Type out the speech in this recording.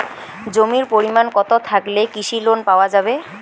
জমির পরিমাণ কতো থাকলে কৃষি লোন পাওয়া যাবে?